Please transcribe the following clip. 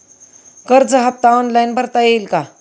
कर्ज हफ्ता ऑनलाईन भरता येईल का?